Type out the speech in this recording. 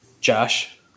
Josh